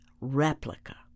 replica